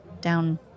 down